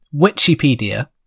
Wikipedia